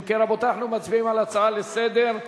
אם כן, רבותי, אנחנו מצביעים על הצעה לסדר-היום.